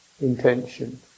intention